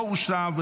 לא אושרה,